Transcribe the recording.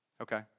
Okay